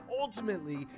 ultimately